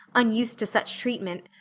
unused to such treatment,